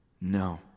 No